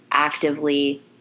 actively